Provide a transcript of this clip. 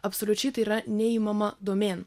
absoliučiai tai yra neimama domėn